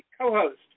co-host